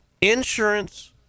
insurance